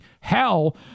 hell